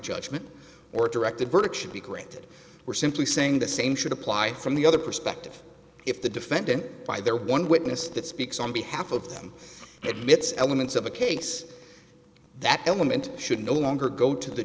judgment or a directed verdict should be granted we're simply saying the same should apply from the other perspective if the defendant by their one witness that speaks on behalf of them admits elements of the case that element should no longer go to the